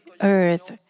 earth